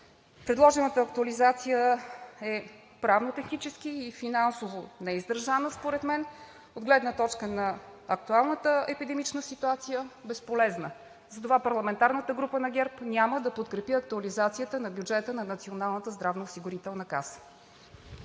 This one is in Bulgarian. Предложената актуализация е правно-технически и финансово неиздържана според мен, а от гледна точка на актуалната епидемична ситуация – безполезна. Затова парламентарната група на ГЕРБ-СДС няма да подкрепи актуализацията на бюджета на Националната здравноосигурителна каса.